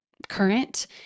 current